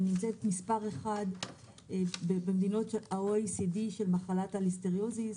נמצאת מספר אחד במדינות ה-OECD של מחלת הליסטריוזיס,